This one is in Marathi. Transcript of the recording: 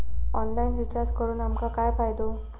ऑनलाइन रिचार्ज करून आमका काय फायदो?